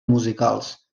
musicals